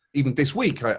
even this week,